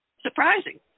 surprising